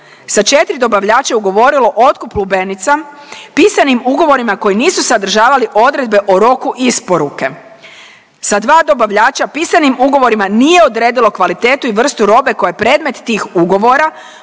sa četri dobavljača ugovorilo otkup lubenica pisanim ugovorima koji nisu sadržavali odredbe o roku isporuke, sa dobavljača pisanim ugovorima nije odredilo kvalitetu i vrstu robe koja je predmet tih ugovora